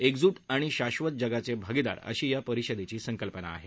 एकजूट आणि शाब्वत जगाचे भागीदार अशी या परिषदेची संकल्पना आहे